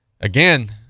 Again